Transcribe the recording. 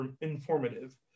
informative